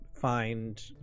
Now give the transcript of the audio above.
find